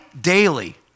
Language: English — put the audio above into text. daily